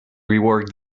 rework